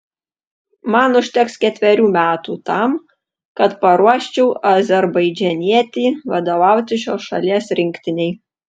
man užteks ketverių metų tam kad paruoščiau azerbaidžanietį vadovauti šios šalies rinktinei